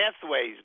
pathways